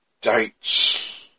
dates